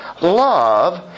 love